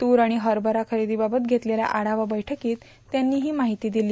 तूर आणि हरभरा खरेदीबाबत घेतलेल्या आढावा बैठकीत त्यांनी ही माहिती दिली